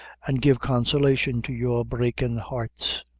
an' give consolation to your breakin' hearts!